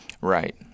Right